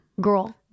girl